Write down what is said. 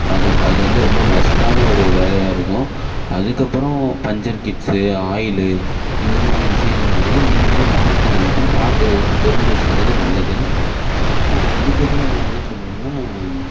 அது அது வந்து ரொம்ப மஸ்ட்டான ஒரு வேலையாக இருக்கும் அதுக்கப்புறம் பஞ்சர் கிட்ஸு ஆயிலு இந்த மாதிரி விஷயங்கள வந்து நீங்களே மாற்றுறதுக்கும் பார்க்கறதுக்கும் தெரிஞ்சி வச்சுக்கறது நல்லது அதுக்கப்புறம் நான் என்ன சொல்கிறேன்னா